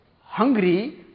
hungry